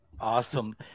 Awesome